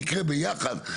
ויקרה ביחד,